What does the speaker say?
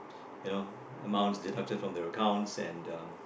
you know amounts deducted from their accounts and um